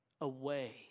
away